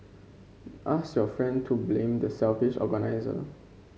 ask your friend to blame the selfish organiser